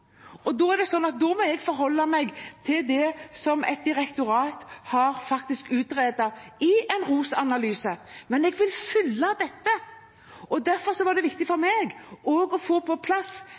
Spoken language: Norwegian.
nå? Da er det slik at jeg må forholde meg til det som direktoratet faktisk har utredet i ROS-analysen. Men jeg vil følge dette, og derfor var det viktig for meg også å få på plass